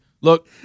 Look